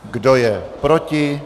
Kdo je proti?